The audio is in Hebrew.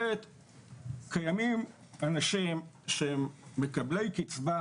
קיימים אנשים שהם מקבלי קצבה,